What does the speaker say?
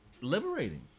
liberating